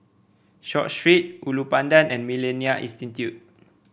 Short Street Ulu Pandan and MillenniA Institute